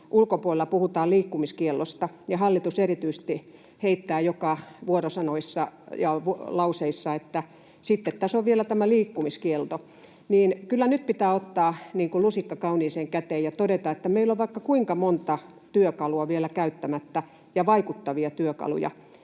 ulkopuolella puhutaan — liikkumiskiellosta, ja hallitus erityisesti heittää joka vuorosanoissa ja lauseissa, että sitten tässä on vielä tämä liikkumiskielto. Kyllä nyt pitää ottaa lusikka kauniiseen käteen ja todeta, että meillä on vaikka kuinka monta työkalua vielä käyttämättä ja vaikuttavia työkaluja: